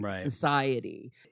society